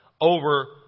over